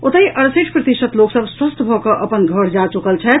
ओतहि अड़सठि प्रतिशत लोक सभ स्वस्थ भऽ कऽ अपन घर जा चुकल छथि